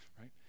right